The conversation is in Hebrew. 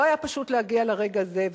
לא היה פשוט להגיע לרגע הזה,